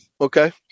Okay